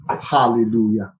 Hallelujah